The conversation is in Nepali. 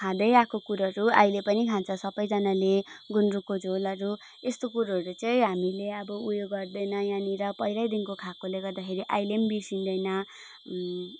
खाँदै आएको कुरोहरू अहिले पनि खान्छ सबैजनाले गुन्द्रुकको झोलहरू यस्तो कुरोहरू चाहिँ हामीले अब उयो गर्दैन यहाँनिर पहिल्यैदेखिको खाएकोले गर्दाखेरि आहिले पनि नि बिर्सिँदैम